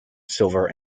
silver